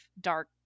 dark